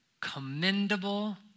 Commendable